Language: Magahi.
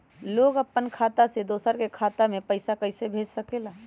लोग अपन खाता से दोसर के खाता में पैसा कइसे भेज सकेला?